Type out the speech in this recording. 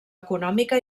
econòmica